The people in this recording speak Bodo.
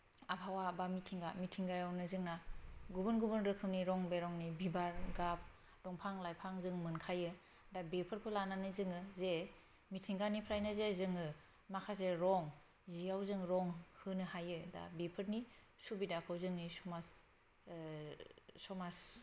आबहावा एबा मिथिंगा मिथिंगायावनो जोंना गुबुन गुबुन रोखोमनि रं बिरंनि बिबार गाब दंफां लाइफां जों मोनखायो दा बेफोरखौ लानानै जोङो जे मिथिंगानिफ्रायनो जे जोङो माखासे रं जियाव जों रं होनो हायो दा बेफोरनि सुबिदाखौ जोंनि समाज समाज